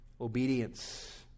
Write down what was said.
obedience